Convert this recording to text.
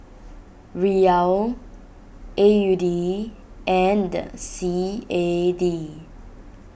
Riyal A U D and C A D